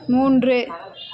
மூன்று